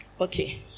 Okay